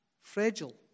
fragile